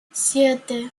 siete